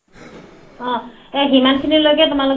ঠিক আছে আপোনাৰ কাৰণে মই এৰি দিছোঁ এশ পোন্ধৰ টকা দিব